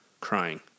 crying